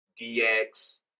DX